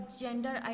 gender